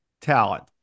talent